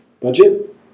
budget